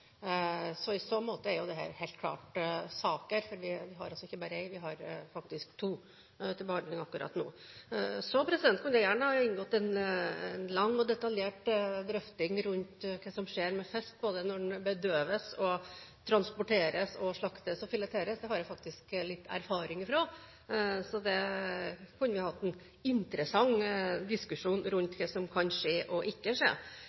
I så måte er dette helt klart saker, for vi har ikke bare én, vi har faktisk to til behandling akkurat nå. Så kunne jeg gjerne ha tatt en lang og detaljert drøfting om hva som skjer med fisk både når de bedøves, transporteres, slaktes og fileteres. Det har jeg faktisk litt erfaring fra, så der kunne vi hatt en interessant diskusjon rundt hva som kan skje og ikke skje.